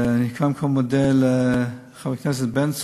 קודם כול אני מודה לחבר הכנסת בן צור,